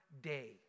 day